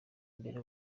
imbere